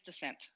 descent